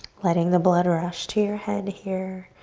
letting the blood rush to your head here.